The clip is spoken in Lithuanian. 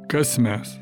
kas mes